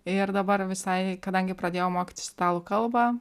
ir dabar visai kadangi pradėjau mokytis italų kalbą